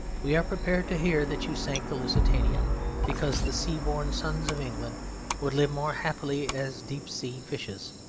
we are prepared to hear that you sank the lusitania because the sea-born sons of england would live more happily as deep-sea fishes,